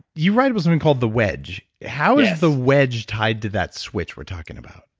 you write but something called the wedge. how is the wedge tied to that switch we're talking about?